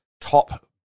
top